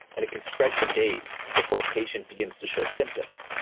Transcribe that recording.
and it can spread for days before a patient begins to show symptoms,